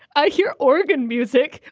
i hear oregon music.